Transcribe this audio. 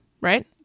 Right